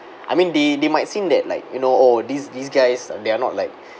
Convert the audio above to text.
I mean they they might seem that like you know oh these these guys they are not like